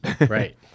Right